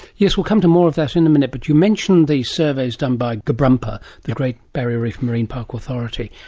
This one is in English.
yes, we'll come to more of that in a minute, but you mentioned these surveys done by the but the great barrier reef marine park authority,